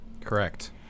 Correct